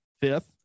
fifth